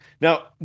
Now